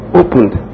opened